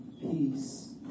peace